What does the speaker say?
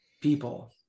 People